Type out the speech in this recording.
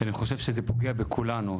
שאני חושב שזה פוגע בכולנו.